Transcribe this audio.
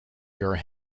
your